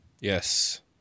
Yes